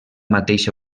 mateixa